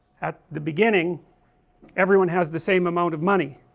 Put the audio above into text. at the beginning everyone has the same amount of money